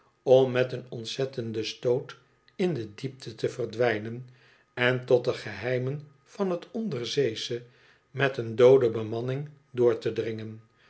om met een ontzettenden stoot in de diepte te verdwijnen en tot de geheimen van het onder zeesche met een doode bemanning door te dringen